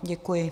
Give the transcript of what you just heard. Děkuji.